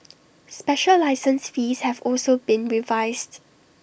special license fees have also been revised